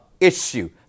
issue